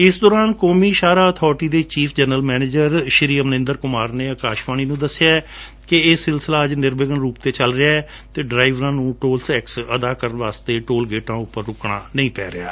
ਇਸ ਦੌਰਾਨ ਕੌਮਾ ਸ਼ਾਹਰਾਹ ਅਬਾਰਿਟੀ ਦੇ chief general manager Shri Amarinder Kumar ਨੇ ਅਕਾਸ਼ਵਾਣੀ ਨੂੰ ਦੱਸਿਐ ਕਿ ਇਹ ਸਿਲਸਿਲਾ ਅੱਜ ਨਿਰਵਿਘਨ ਚੱਲ ਰਿਹੈ ਅਤੇ ਡਰਾਇਵਰਾਂ ਨੂੰ ਟੈਕਸ ਅਦਾ ਕਰਣ ਲਈ ਟੋਲ ਗੇਟਾਂ ਤੇ ਰੁਕਣਾ ਨਹੀ ਪੈ ਰਿਹਾ